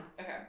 Okay